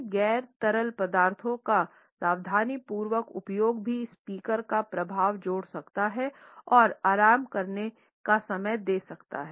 इन गैर तरल पदार्थों का सावधानीपूर्वक उपयोग भी स्पीकर का प्रवाह जोड़ सकता है और आराम करने का समय दें